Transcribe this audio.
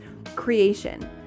creation